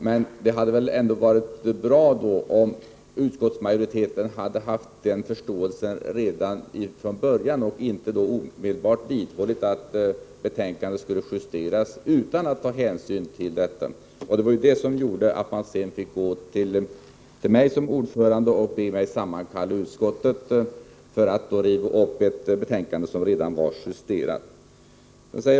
Men det hade väl ändå varit bra om utskottsmajoriteten hade haft denna förståelse redan från början och inte vidhållit att betänkandet omedelbart skulle justeras utan att ta hänsyn till detta? Det var ju det som gjorde att man sedan fick gå till mig som ordförande och be mig sammankalla utskottet för att riva upp ett betänkande som redan var justerat.